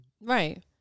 Right